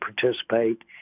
participate